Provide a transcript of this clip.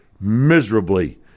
miserably